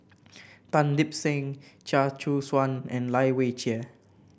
Tan Lip Seng Chia Choo Suan and Lai Weijie